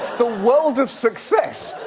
the world of success.